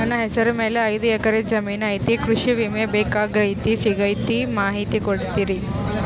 ನನ್ನ ಹೆಸರ ಮ್ಯಾಲೆ ಐದು ಎಕರೆ ಜಮೇನು ಐತಿ ಕೃಷಿ ವಿಮೆ ಬೇಕಾಗೈತಿ ಸಿಗ್ತೈತಾ ಮಾಹಿತಿ ಕೊಡ್ರಿ?